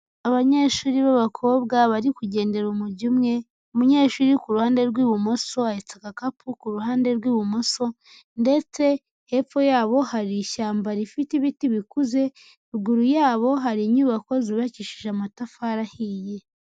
Abanyeshuri b'abakobwa bari kugendera umujyo umwe, umunyeshuri ku ruhande rw'ibumoso ahetse agakapu ku ruhande rw'ibumoso, ndetse hepfo yabo hari ishyamba rifite ibiti bikuze, ruguru yabo hari inyubako zubakishije amatafari ahiye.